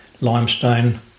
limestone